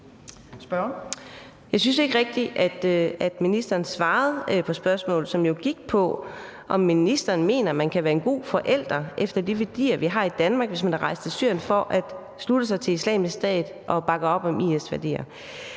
Jeg synes ikke rigtig, at ministeren svarede på spørgsmålet, som jo gik på, om ministeren mener, at man kan være en god forælder efter de værdier, vi har i Danmark, hvis man er rejst til Syrien for at slutte sig til Islamisk Stat og bakke op om IS-værdier.